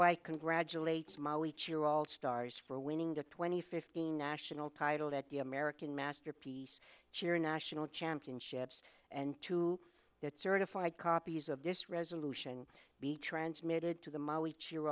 hereby congratulates ma each year old stars for winning twenty fifteen national title that the american masterpiece cheer national championships and to get certified copies of this resolution be transmitted to the ma each year